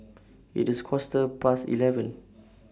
IT IS A Quarter Past eleven